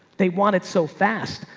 they want it so fast.